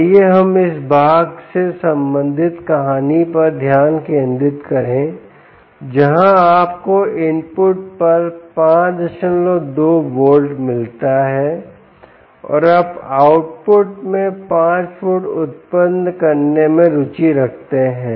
आइए हम इस भाग से संबंधित कहानी पर ध्यान केंद्रित करें जहां आपको इनपुट पर 52 वोल्ट मिलता हैं और आप आउटपुट में 5 वोल्ट उत्पन्न करने में रुचि रखते हैं